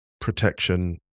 protection